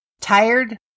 tired